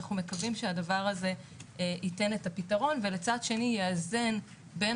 אנחנו מקווים שהדבר הזה ייתן את הפתרון ומצד שני יאזן בין